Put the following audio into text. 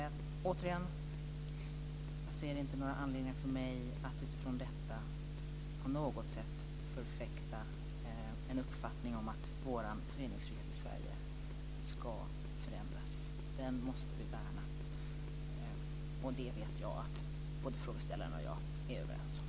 Återigen: Jag ser inte någon anledning för mig att utifrån detta på något sätt förfäkta en uppfattning om att föreningsfriheten i Sverige borde förändras. Den måste vi värna, och det vet jag att både interpellanten och jag är överens om.